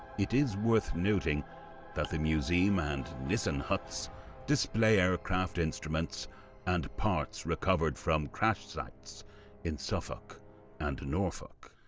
it is worth noting that the museum and nissen huts display aircraft instruments and parts recovered from crash sites in suffolk and norfolk,